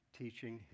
teaching